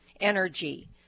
energy